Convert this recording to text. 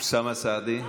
אוסאמה סעדי.